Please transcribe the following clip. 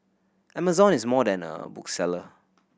amazon is more than a bookseller